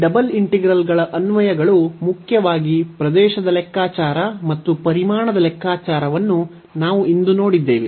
ಈ ಡಬಲ್ ಇಂಟಿಗ್ರಲ್ಗಳ ಅನ್ವಯಗಳು ಮುಖ್ಯವಾಗಿ ಪ್ರದೇಶದ ಲೆಕ್ಕಾಚಾರ ಮತ್ತು ಪರಿಮಾಣದ ಲೆಕ್ಕಾಚಾರವನ್ನು ನಾವು ಇಂದು ನೋಡಿದ್ದೇವೆ